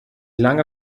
lange